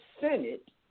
Senate